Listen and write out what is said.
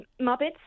Muppets